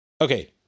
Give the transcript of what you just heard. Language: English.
Okay